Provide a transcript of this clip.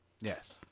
Yes